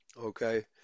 Okay